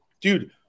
Dude